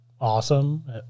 awesome